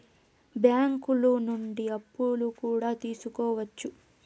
బ్యాంకులు నుండి అప్పులు కూడా తీసుకోవచ్చు